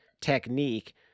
technique